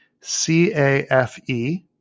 C-A-F-E